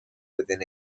within